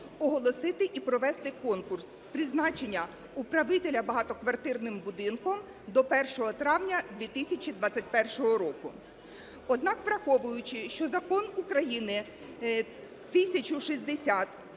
оголосити і провести конкурс з призначення управителя багатоквартирним будинком до 1 травня 2021 року. Однак враховуючи, що Закон України 1060